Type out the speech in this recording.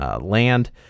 land